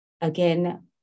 again